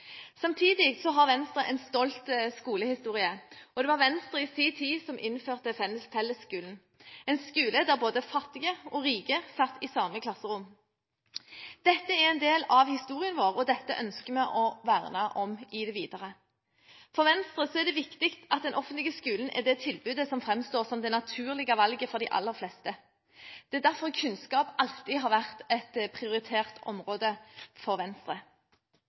Samtidig har Venstre en stolt skolehistorie. Det var Venstre som i sin tid innførte fellesskolen, en skole der både fattige og rike satt i samme klasserom. Dette er en del av historien vår, og dette ønsker vi å verne om i det videre. For Venstre er det viktig at den offentlige skolen er det tilbudet som framstår som det naturlige valget for de aller fleste. Det er derfor kunnskap alltid har vært et prioritert område for Venstre.